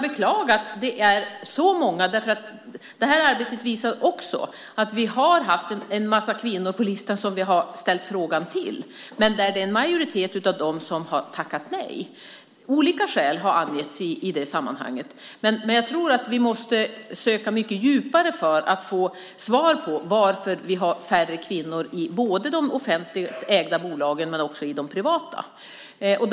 Detta arbete visar också att vi har haft en massa kvinnor på listan som vi har ställt frågan till, men en majoritet av dem har tackat nej, vilket jag kan beklaga. Olika skäl har angetts i detta sammanhang. Men jag tror att vi måste söka mycket djupare för att få svar på varför vi har färre kvinnor i de offentligt ägda bolagen men också i de privata bolagen.